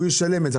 הוא ישלם עבור זה.